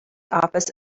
office